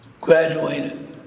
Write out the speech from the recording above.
graduated